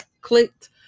clicked